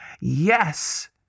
Yes